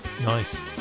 Nice